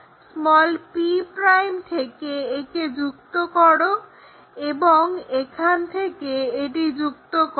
p' থেকে একে যুক্ত করো এবং এখান থেকে এটি যুক্ত করো